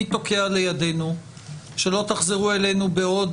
מי תוקע לידינו שלא תחזרו אלינו בעוד